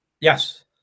Yes